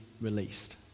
released